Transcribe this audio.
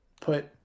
put